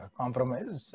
compromise